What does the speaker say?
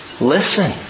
listen